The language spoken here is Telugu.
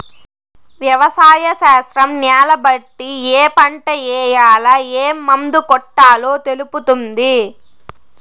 వ్యవసాయ శాస్త్రం న్యాలను బట్టి ఏ పంట ఏయాల, ఏం మందు కొట్టాలో తెలుపుతుంది